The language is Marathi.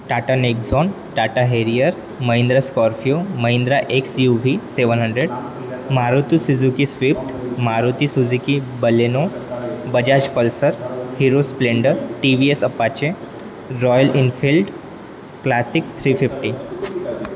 Tata Nexon Tata Harrier Mahindra Scorpio Mahindra X U V seven hundred Maruti Suzuki Swift Maruti Suzuki Baleno Bajaj Pulsar Hero Splendor T V S Apache Royal Enfield Classic three fifty